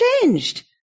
changed